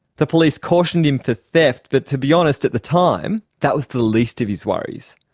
the police cautioned him for theft but, to be honest, at the time that was the least of his worries.